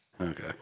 okay